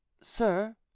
sir